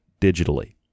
digitally